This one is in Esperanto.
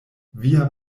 via